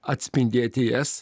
atspindėti jas